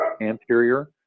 anterior